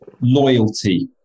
loyalty